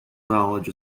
knowledge